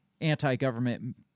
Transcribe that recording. anti-government